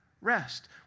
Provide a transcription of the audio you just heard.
Rest